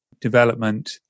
development